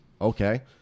Okay